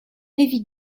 évite